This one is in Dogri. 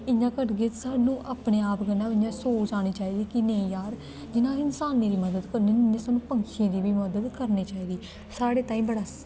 इ'यां करगे सानूं अपने आप कन्नै इ'यां सोच औनी चाहिदी कि नेईं यार जियां इंसानें दी मदद करनी इ'यां पंछियें दी मदद करनी चाहिदी साढ़े ताईं बड़ा